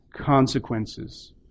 consequences